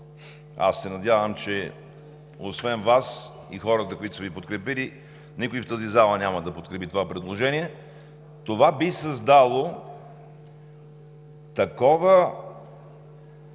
аз се надявам, че освен Вас и хората, които са Ви подкрепили, никой в тази зала няма да подкрепи това предложение, това би създало такова